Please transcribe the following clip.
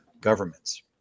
governments